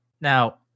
now